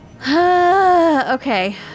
Okay